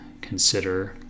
consider